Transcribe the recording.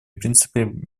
принципами